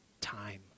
time